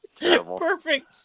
Perfect